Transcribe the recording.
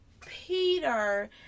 Peter